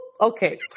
Okay